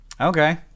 Okay